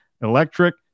electric